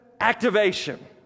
activation